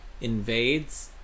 invades